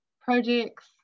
projects